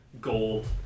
gold